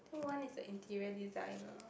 one is the interior design lah